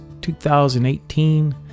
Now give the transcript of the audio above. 2018